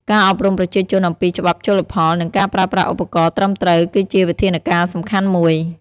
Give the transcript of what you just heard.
ការអប់រំប្រជាជនអំពីច្បាប់ជលផល និងការប្រើប្រាស់ឧបករណ៍ត្រឹមត្រូវគឺជាវិធានការសំខាន់មួយ។